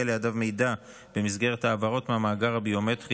לידיו מידע במסגרת ההעברות מהמאגר הביומטרי,